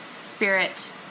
spirit